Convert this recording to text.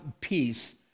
peace